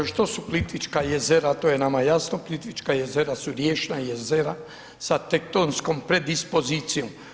Što su Plitvička jezera, to je nama jasno, Plitvička jezera su riječna jezera sa tektonskom predispozicijom.